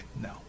No